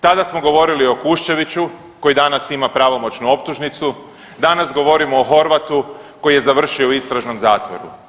Tada smo govorili o Kuščeviću koji danas ima pravomoćnu optužnicu, danas govorimo o Horvatu koji je završio u istražnom zatvoru.